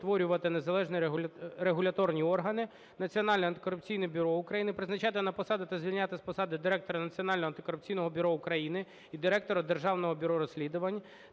незалежні регуляторні органи, Національне антикорупційне бюро України, призначати на посади та звільняти з посади Директора Національного антикорупційного бюро України і Директора Державного бюро розслідувань)